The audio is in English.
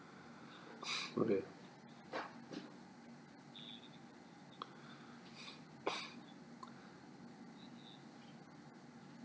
okay